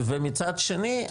ומצד שני,